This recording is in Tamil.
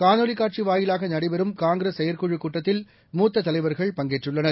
காணொலிக் காட்சிவாயிலாகநடைபெறும் காங்கிரஸ் செயற்குழுக் கூட்டத்தில் மூத்ததலைவர்கள் பங்கேற்றுள்ளனர்